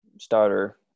starter